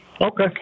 Okay